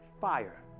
fire